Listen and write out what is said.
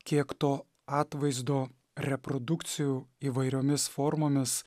kiek to atvaizdo reprodukcijų įvairiomis formomis